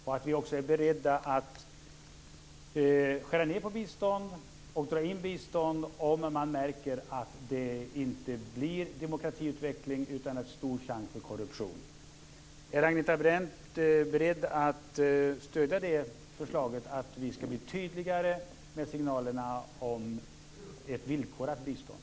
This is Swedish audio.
Vi måste också vara beredda att skära ned på och dra in bistånd om det inte blir någon demokratiutveckling utan finns risk för korruption. Är Agneta Brendt beredd att stödja förslaget att vi skall bli tydligare med signalerna om ett villkorat bistånd?